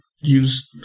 use